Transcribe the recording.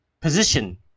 position